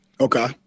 Okay